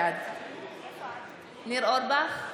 בעד ניר אורבך,